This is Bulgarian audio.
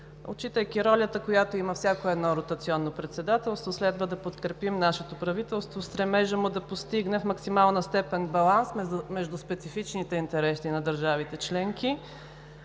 Отчитайки ролята, която има всяко едно ротационно Председателство, следва да подкрепим нашето правителство в стремежа му да постигне в максимална степен баланс между специфичните интереси на държавите членки,